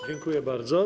Dziękuję bardzo.